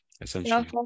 essentially